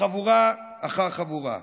וחבורה אחר חבורה.